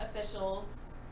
officials